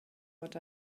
what